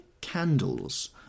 candles